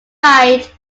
right